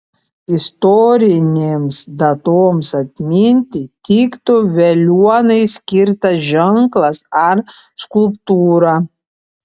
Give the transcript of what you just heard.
istorinėms datoms atminti tiktų veliuonai skirtas ženklas ar skulptūra